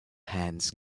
hands